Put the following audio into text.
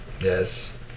Yes